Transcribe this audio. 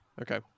Okay